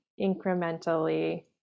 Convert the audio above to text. incrementally